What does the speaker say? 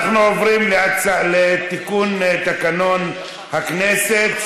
אנחנו עוברים לתיקון תקנון הכנסת,